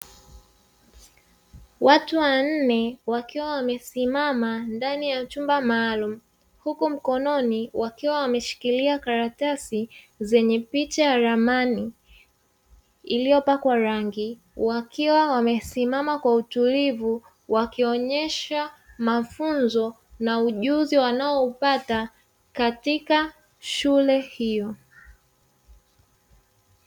Watu wanne wakiwa wamesimama ndani ya chumba maalumu, huku mkononi wakiwa wameshikilia karatasi zenye picha ya ramani iliyopakwa rangi wakiwa wamesimama kwa utulivu wakionyesha mafunzo na ujuzi wanaoupata katika shule hiyo.